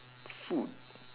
food